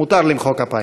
מותר למחוא כפיים.